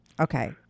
Okay